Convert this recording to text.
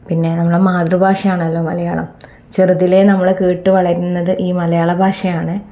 പിന്നെ നമ്മുടെ മാതൃഭാഷയാണല്ലോ മലയാളം ചെറുതിലെ നമ്മൾ കേട്ടുവളരുന്നത് ഈ മലയാള ഭാഷയാണെ